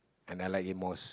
and I like it most